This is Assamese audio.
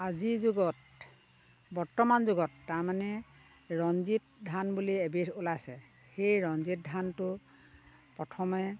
আজিৰ যুগত বৰ্তমান যুগত তাৰমানে ৰঞ্জিত ধান বুলি এবিধ ওলাইছে সেই ৰঞ্জিত ধানটো প্ৰথমে